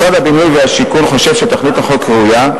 משרד הבינוי והשיכון חושב שתכלית זו ראויה,